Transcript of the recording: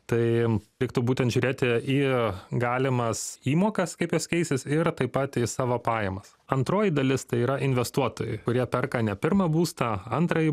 tai reiktų būtent žiūrėti į galimas įmokas kaip jos keisis ir taip pat į savo pajamas antroji dalis tai yra investuotojai kurie perka ne pirmą būstą antrąjį